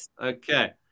Okay